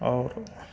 आओर